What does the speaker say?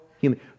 human